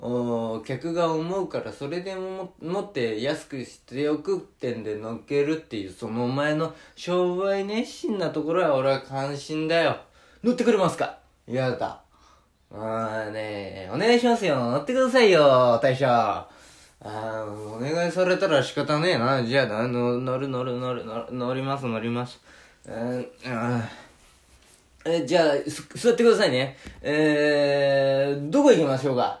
お客が思うからそれでも持って安くしておくってんで乗っけるっていうそのお前の商売熱心なところは俺は感心だよ。乗ってくれますか？やだ。あーねえ、お願いしますよ。乗ってくださいよ、大将。あー、お願いされたら仕方ねえな。じゃあ、の- 乗る、乗る、乗る、乗ります、乗ります。うん、うん。え、じゃあ、す- 座ってくださいね。えー、どこ行きましょうか？